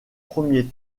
premier